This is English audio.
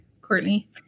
Courtney